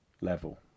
level